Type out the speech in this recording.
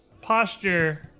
posture